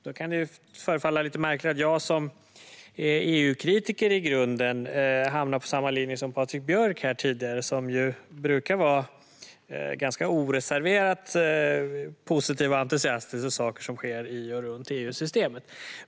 Då kan det förefalla lite märkligt att jag som EU-kritiker i grunden hamnar på samma linje som Patrik Björck, som brukar vara ganska oreserverat positiv och entusiastisk till sådant som sker i och runt EU-systemet.